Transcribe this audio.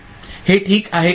हे ठीक आहे का